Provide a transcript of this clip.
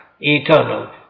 eternal